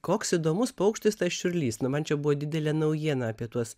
koks įdomus paukštis tas čiurlys na man čia buvo didelė naujiena apie tuos